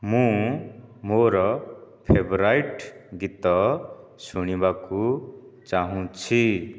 ମୁଁ ମୋ'ର ଫେଭରାଇଟ୍ ଗୀତ ଶୁଣିବାକୁ ଚାହୁଁଛି